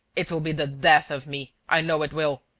it'll be the death of me, i know it will.